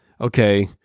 okay